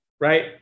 right